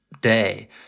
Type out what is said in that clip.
day